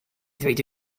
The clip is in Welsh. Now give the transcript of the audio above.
ddweud